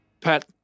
Pat